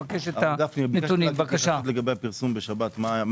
לגבי פרסום בשבת?